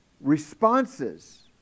responses